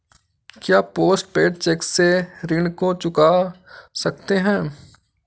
क्या post paid cheque से ऋण को चुका सकते हैं?